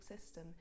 system